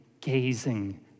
gazing